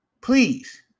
Please